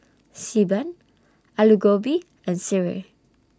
Xi Ban Aloo Gobi and Sireh